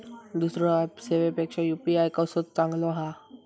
दुसरो ऍप सेवेपेक्षा यू.पी.आय कसो चांगलो हा?